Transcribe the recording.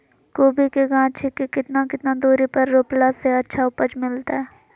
कोबी के गाछी के कितना कितना दूरी पर रोपला से अच्छा उपज मिलतैय?